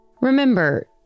Remember